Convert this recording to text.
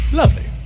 lovely